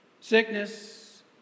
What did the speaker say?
sickness